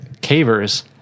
cavers